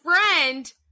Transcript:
friend